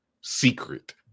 secret